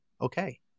Okay